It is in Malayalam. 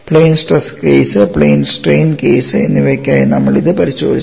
plain stress case plain strain case എന്നിവയ്ക്കായി നമ്മൾ ഇത് പരിശോധിച്ചു